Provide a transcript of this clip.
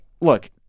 look